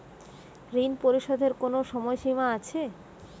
ঋণ পরিশোধের কোনো সময় সীমা আছে?